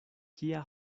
kia